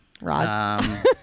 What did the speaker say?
Rod